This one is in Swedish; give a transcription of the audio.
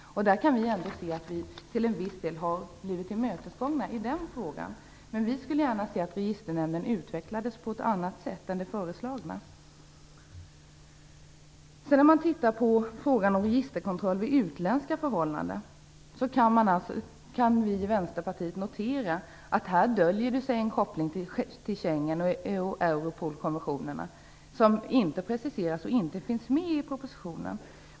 Där har vi i Vänsterpartiet till viss del blivit tillmötesgångna i den frågan. Men vi skulle gärna se att registernämnden utvecklades på ett annat sätt än det föreslagna. När det gäller registerkontroll vid utländska förhållanden kan vi i Vänsterpartiet notera att det här döljer en koppling till Schengen och Europol konventionen som inte preciseras och som inte finns med i propositionen.